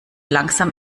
langsam